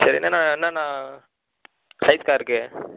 சரி என்னன்னா என்னன்னா சைஸ் அக்கா இருக்கு